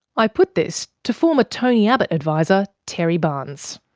i put this to former tony abbott adviser terry barnes.